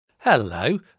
Hello